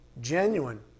genuine